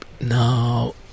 now